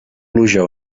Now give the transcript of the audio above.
pluja